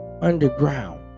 Underground